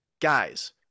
Guys